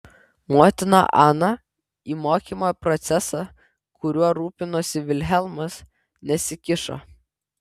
motina ana į mokymo procesą kuriuo rūpinosi vilhelmas nesikišo